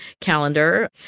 calendar